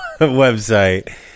website